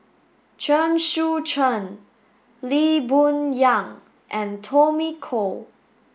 Chen Sucheng Lee Boon Yang and Tommy Koh